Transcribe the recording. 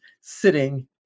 sitting